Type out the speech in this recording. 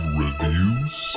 reviews